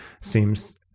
seems